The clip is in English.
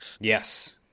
Yes